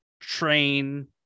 train